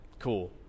Cool